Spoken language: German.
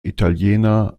italiener